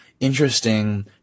Interesting